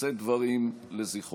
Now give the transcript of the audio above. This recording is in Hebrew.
לשאת דברים לזכרו.